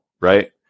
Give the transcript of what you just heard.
right